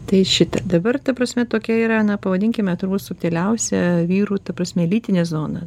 tai šitie dabar ta prasme tokia yra na pavadinkime turbūt subtiliausia vyrų ta prasme lytinė zona